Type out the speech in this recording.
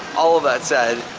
all of that said,